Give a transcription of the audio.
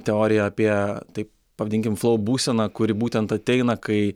teoriją apie taip pavadinkim flou būsena kuri būtent ateina kai